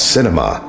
Cinema